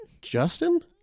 Justin